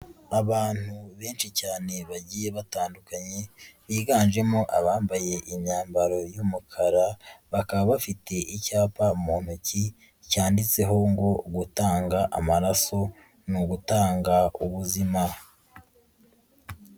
Abantu benshi cyane bagiye batandukanye biganjemo abambaye imyambaro y'umukara, bakaba bafite icyapa mu ntoki cyanditseho ngo gutanga amaraso ni ugutanga ubuzima.